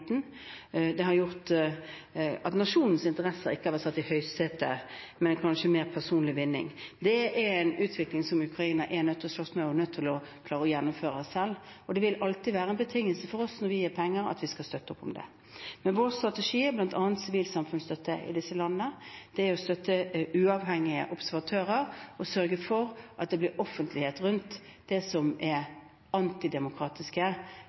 Det har gjort at nasjonens interesser ikke har vært satt i høysetet, men kanskje mer personlig vinning. Det er en utvikling som Ukraina er nødt til å slåss med og er nødt til å klare å gjennomføre selv. Og det vil alltid være en betingelse for oss når vi gir penger, at vi skal støtte opp om det. Men vår strategi er bl.a. sivilsamfunnsstøtte i disse landene, det er å støtte uavhengige observatører og sørge for at det blir offentlighet rundt det som er antidemokratiske